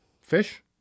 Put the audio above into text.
fish